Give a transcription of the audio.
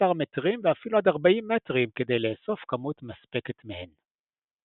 מטרים ואפילו עד 40 מטרים כדי לאסוף כמות מספקת מהן.